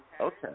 Okay